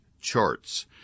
charts